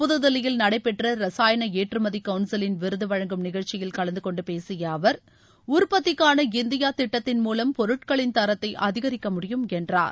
புது தில்லியில் நடைபெற்ற ரசாயன ஏற்றுமதி கவுன்சிலின் விருது வழங்கும் நிகழ்ச்சியில் கலந்துகொண்டு பேசிய அவர் உற்பத்திக்கான இந்தியா திட்டத்தின் மூலம் பொருட்களின் தரத்தை அதிகரிக்க முடியும் என்றார்